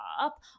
up